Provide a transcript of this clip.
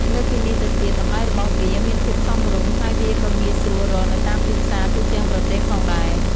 លើសពីនេះទៅទៀត តម្លៃរបស់វាមានភាពសមរម្យ ហើយវាក៏ងាយស្រួលរកនៅតាមទីផ្សារទូទាំងប្រទេសផងដែរ។